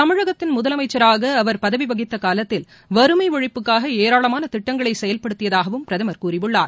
தமிழகத்தின் முதலமைச்சராக அவர் பதவி வகித்த காலத்தில் வறுமை ஒழிப்புக்காக ஏராளமான திட்டங்களை செயல்படுத்தியதாகவும் பிரதமர் கூறியுள்ளார்